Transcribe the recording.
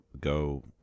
Go